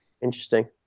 Interesting